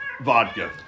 Vodka